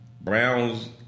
Browns